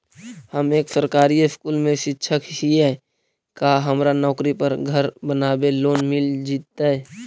हम एक सरकारी स्कूल में शिक्षक हियै का हमरा नौकरी पर घर बनाबे लोन मिल जितै?